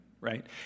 right